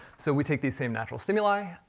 so we take these same natural stimuli,